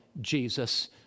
Jesus